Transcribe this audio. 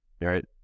right